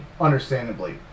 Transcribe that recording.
understandably